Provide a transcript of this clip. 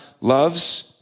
loves